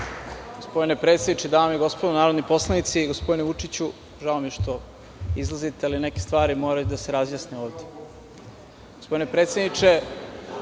Gospodine predsednike, dame i gospodo narodni poslanici, gospodine Vučiću, žao mi je što izlazite, ali neke stvari moraju da se razjasne ovde. Gospodine predsedniče,